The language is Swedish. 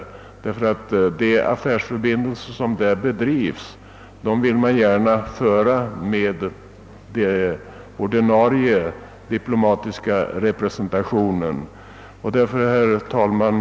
Man vill fortfarande gärna sköta affärsförbindelserna i dessa länder via de ordinarie diplomatiska representationerna. Herr talman!